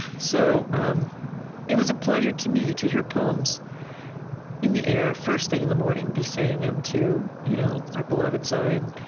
so um it was a pleasure, to me, to hear poems in the air first thing in the morning, be saying them to you know our beloved son and